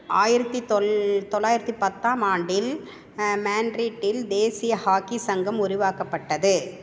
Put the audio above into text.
ஆயிரத்தி தொள் தொள்ளாயிரத்தி பத்தாம் ஆண்டில் மான்ட்ரீட்டில் தேசிய ஹாக்கி சங்கம் உருவாக்கப்பட்டது